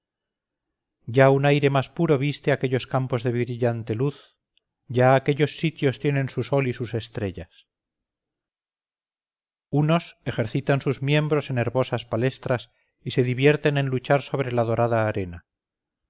ya un aire más puro viste aquellos campos de brillante luz ya aquellos sitios tienen su sol y sus estrellas unos ejercitan sus miembros en herbosas palestras y se divierten en luchar sobre la dorada arena